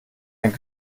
ein